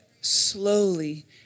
slowly